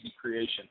creation